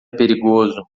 perigoso